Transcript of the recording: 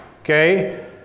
Okay